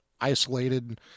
isolated